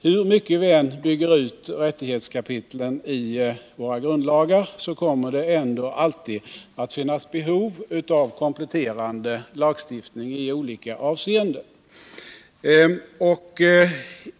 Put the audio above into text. Hur mycket vi än bygger ut rättighetskapitlen i våra grundlagar kommer det ändå alltid att finnas behov av kompletterande lagstiftning i olika avseenden.